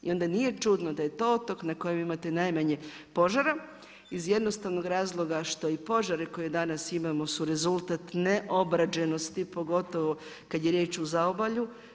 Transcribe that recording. I onda nije čudno da je to otok na kojem imate najmanje požara iz jednostavnog razloga što i požare koje danas imamo su rezultat neobrađenosti, pogotovo kada je riječ o zaobalju.